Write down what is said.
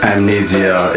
Amnesia